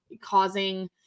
causing